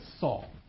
Saul